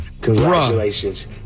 Congratulations